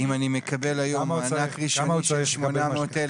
אם אני מקבל היום מענק ראשוני של 800,000